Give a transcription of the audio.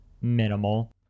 Minimal